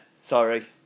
sorry